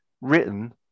written